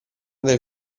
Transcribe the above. del